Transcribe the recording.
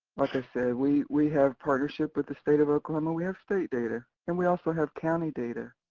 like i said, we we have partnered with the state of oklahoma. we have state data and we also have county data,